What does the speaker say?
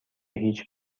هیچ